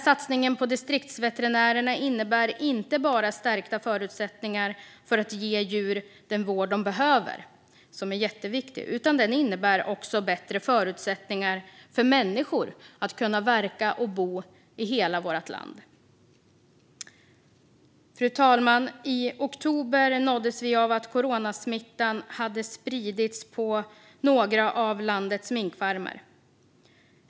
Satsningen på distriktsveterinärerna innebär inte bara stärkta förutsättningar för att ge djur den vård de behöver, vilket är jätteviktigt, utan också bättre förutsättningar för människor att bo och verka i hela vårt land. Fru talman! I oktober nåddes vi av nyheten att coronasmittan hade spridits på några av landets minkfarmer.